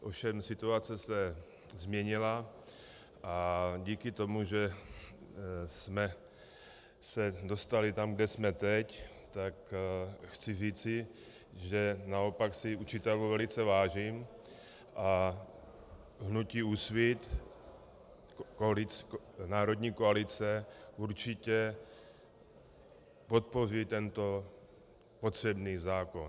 Ovšem situace se změnila a díky tomu, že jsme se dostali tam, kde jsme teď, tak chci říci, že naopak si učitelů velice vážím a hnutí Úsvit národní koalice určitě podpoří tento potřebný zákon.